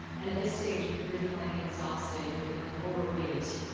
and at this stage, you're feeling exhausted, you're feeling overweight,